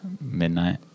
Midnight